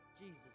Jesus